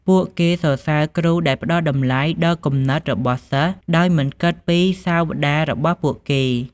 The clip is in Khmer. ពួកគេសរសើរគ្រូដែលផ្តល់តម្លៃដល់គំនិតរបស់សិស្ស ដោយមិនគិតពីសាវតារបស់ពួកគេ។